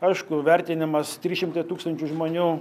aišku vertinimas trys šimtai tūkstančių žmonių